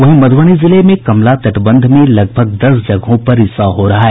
वहीं मध्रबनी जिले में कमला तटबंध में लगभग दस जगहों पर रिसाव हो रहा है